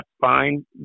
fine